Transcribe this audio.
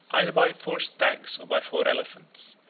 either by four stags or by four elephants.